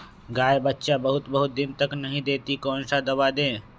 गाय बच्चा बहुत बहुत दिन तक नहीं देती कौन सा दवा दे?